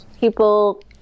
People